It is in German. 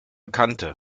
kante